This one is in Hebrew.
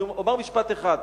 אני אומר משפט אחד.